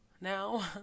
Now